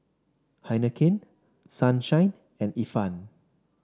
Heinekein Sunshine and Ifan